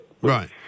Right